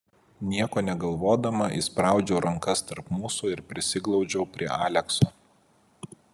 nieko negalvodama įspraudžiau rankas tarp mūsų ir prisiglaudžiau prie alekso